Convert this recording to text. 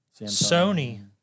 Sony